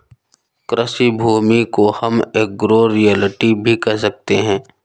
कृषि भूमि को हम एग्रो रियल्टी भी कह सकते है